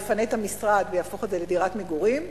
יפנה את המשרד ויהפוך את זה לדירת מגורים,